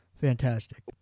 fantastic